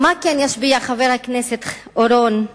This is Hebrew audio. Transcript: מה כן ישפיע, חבר הכנסת אורון,